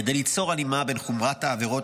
כדי ליצור הלימה בין חומרת העבירות